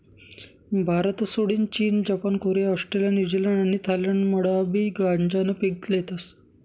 भारतसोडीन चीन, Japan, Korea, Australia, New Zealand आणि थायलंडमाबी गांजानं पीक लेतस